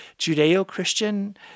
Judeo-Christian